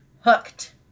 hooked